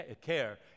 care